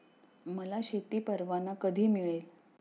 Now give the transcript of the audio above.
मला शेती परवाना कधी मिळेल?